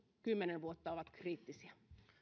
kymmenen vuotta ovat kriittisiä